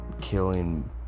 killing